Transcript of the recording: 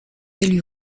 élus